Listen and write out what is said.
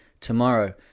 tomorrow